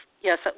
yes